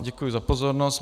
Děkuji vám za pozornost.